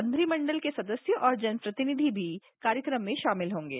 मंत्रिमंडल के सदस्य और जन प्रतिनिधि भी कार्यक्रम में शामिल होंगे